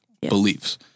beliefs